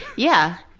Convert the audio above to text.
yeah.